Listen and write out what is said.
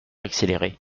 accélérée